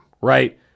right